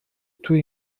توی